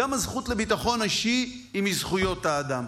גם הזכות לביטחון אישי היא מזכויות האדם,